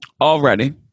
Already